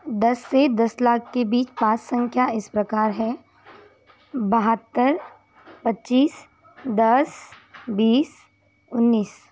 दस से दस लाख के बीच पांच संख्या इस प्रकार है बहत्तर पचीस दस बीस उन्नीस